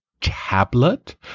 tablet